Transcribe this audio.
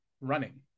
running